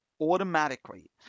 Automatically